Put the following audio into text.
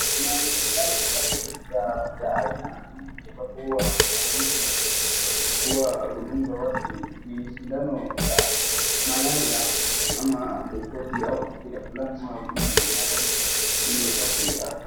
Kuna mashindano fulani ya aina ambapo huwa mashindano hizi huwa hudungwa watu ni shindano ya malaria ama typhodi au bacteria fulani hudungwa na binadamu ili apate afya.